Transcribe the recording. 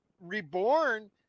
Reborn